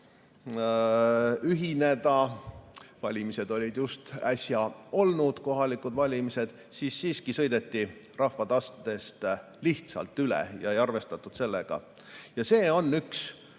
siis kui valimised olid just äsja ära olnud, kohalikud valimised, siiski sõideti rahva tahtest lihtsalt üle ja ei arvestatud sellega. See on üks